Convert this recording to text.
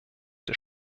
des